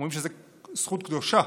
אומרים שזאת זכות קדושה.